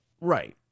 Right